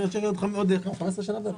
בעוד עשור.